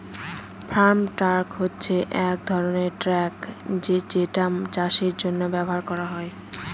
farm truck হচ্ছে এক ধরনের ট্র্যাক যেটা চাষের জন্য ব্যবহার করা হয়